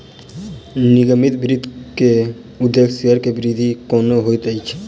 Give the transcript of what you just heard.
निगमित वित्त के उदेश्य शेयर के वृद्धि केनै होइत अछि